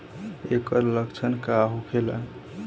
ऐकर लक्षण का होखेला?